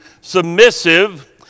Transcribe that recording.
submissive